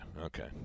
Okay